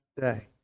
day